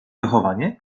wychowanie